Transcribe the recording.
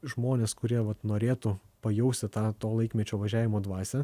žmonės kurie vat norėtų pajausti tą to laikmečio važiavimo dvasią